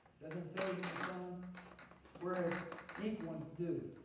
doesn't fade in the sun whereas ink ones do.